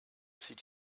zieht